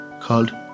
called